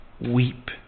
weep